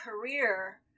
career